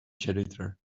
janitor